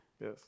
Yes